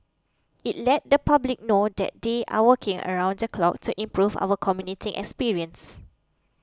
it lets the public know that they are working around the clock to improve our commuting experience